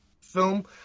film